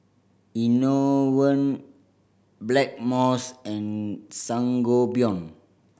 Enervon Blackmores and Sangobion